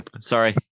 sorry